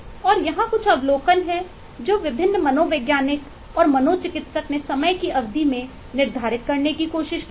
और यहाँ कुछ अवलोकन है जो विभिन्न मनोवैज्ञानिक और मनोचिकित्सक ने समय की अवधि मैं निर्धारित करने की कोशिश की है